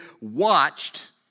watched